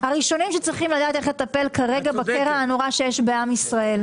הראשונים שצריכים לדעת איך לטפל כרגע בקרע הנורא שיש בעם ישראל.